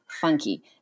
funky